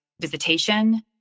visitation